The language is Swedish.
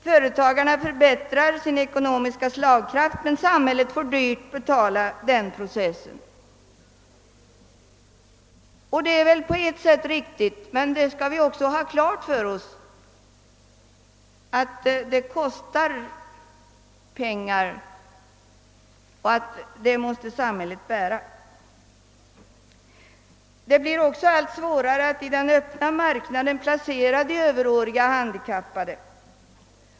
Företagarna förbättrar sin ekonomiska slagkraft, men det är en process som samhället får dyrt betala. Detta är väl på sätt och vis riktigt men vi skall ha klart för oss att det kostar mycket pengar. Det blir också allt svårare att placera överåriga och handikappade människor på den öppna marknaden.